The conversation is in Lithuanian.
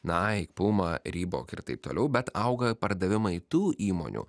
nike puma reebok ir taip toliau bet auga pardavimai tų įmonių